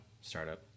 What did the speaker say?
startup